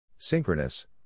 Synchronous